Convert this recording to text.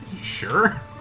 sure